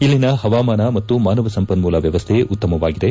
ಇಲ್ಲಿನ ಹವಾಮಾನ ಮತ್ತು ಮಾನವ ಸಂಪನ್ನೂಲ ವ್ಯವಸ್ಥೆ ಉತ್ತಮವಾಗಿದೆ